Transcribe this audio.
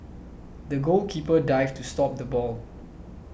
the goalkeeper dived to stop the ball